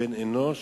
כבן אנוש,